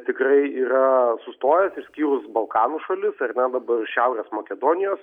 tikrai yra sustojęs išskyrus balkanų šalis ar ne dabar šiaurės makedonijos